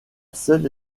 seule